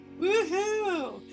Woohoo